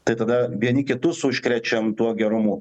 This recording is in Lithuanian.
tai tada vieni kitus užkrečiam tuo gerumu